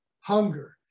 hunger